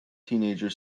teenager